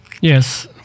Yes